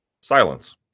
Silence